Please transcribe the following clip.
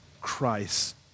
Christ